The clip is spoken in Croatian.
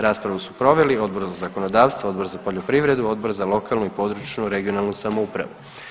Raspravu su proveli Odbor za zakonodavstvo, Odbor za poljoprivredu, Odbor za lokalnu i područnu regionalnu samoupravu.